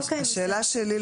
השאלה שלי,